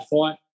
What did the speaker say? fight